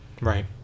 Right